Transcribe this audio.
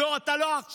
לא, אתה לא אח שלי.